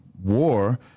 War